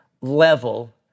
level